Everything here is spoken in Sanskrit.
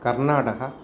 कर्नाटकः